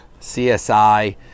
csi